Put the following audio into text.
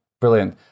Brilliant